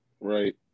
Right